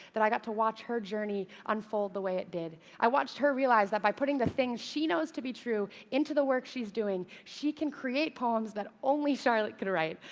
that i got to watch her journey unfold the way it did. i watched her realize that, by putting the things that she knows to be true into the work she's doing, she can create poems that only charlotte can write,